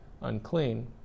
unclean